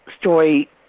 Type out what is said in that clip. story